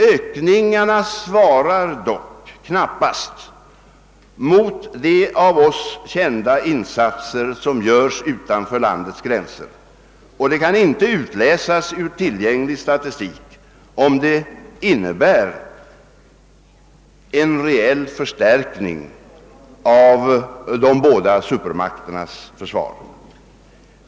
Ökningarna «svarar dock knappast mot de av oss kända insatser som göres utanför respektive lands gränser, och det kan inte utläsas ur tillgänglig statistik om de innebär en reell förstärkning av de båda supermakternas försvar.